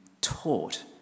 taught